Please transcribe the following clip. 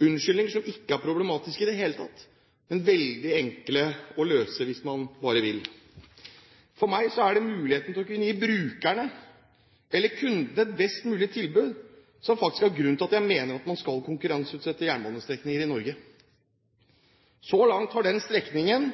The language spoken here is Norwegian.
unnskyldninger som ikke er problematiske i det hele tatt, men veldig enkle å løse hvis man bare vil. For meg er det muligheten til å kunne gi brukerne eller kundene et best mulig tilbud som er grunnen til at jeg mener at man skal konkurranseutsette jernbanestrekninger i Norge. Så langt har den strekningen